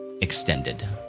extended